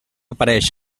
apareix